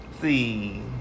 See